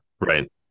right